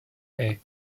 est